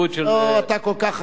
אתה כל כך חכם,